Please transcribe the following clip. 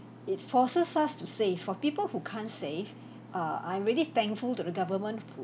it forces us to save for people who can't save err I'm really thankful to the government